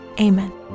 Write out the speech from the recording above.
Amen